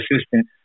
assistant